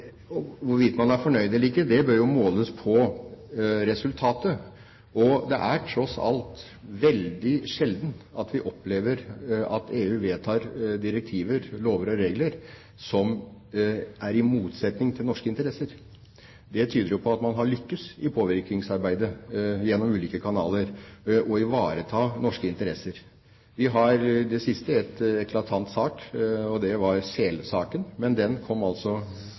er tross alt veldig sjelden at vi opplever at EU vedtar direktiver, lover og regler som står i motsetning til norske interesser. Det tyder jo på at man har lyktes i påvirkningsarbeidet, gjennom ulike kanaler, å ivareta norske interesser. Vi har i det siste hatt en eklatant sak, og det var selsaken. Men den kom altså